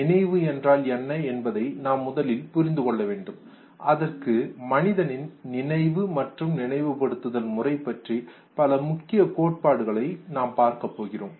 நினைவு என்றால் என்ன என்பதை நாம் முதலில் புரிந்து கொள்ள வேண்டும் அதற்கு மனிதனின் நினைவு மற்றும் நினைவுபடுத்துதல் முறை பற்றி பல முக்கிய கோட்பாடுகளை நாம் பார்க்கப் போகிறோம்